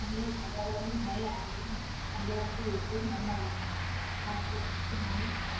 ہم لوگ حیدرآباد میں نئے آئے ہیں ہم لوگوں کو یہ چیز نہیں معلوم ہے اگر آپ کو معلوم ہے